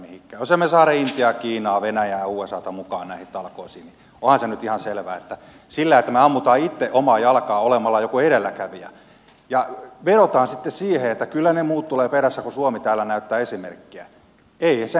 jos emme me saa intiaa kiinaa venäjää usata mukaan näihin talkoisiin niin onhan se nyt ihan selvää että eihän se että me ammumme itse omaan jalkaan olemalla joku edelläkävijä ja vetoamme sitten siihen että kyllä ne muut tulevat perässä kun suomi täällä näyttää esimerkkiä vain näin käy